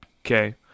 Okay